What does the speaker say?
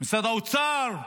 משרד האוצר,